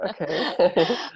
okay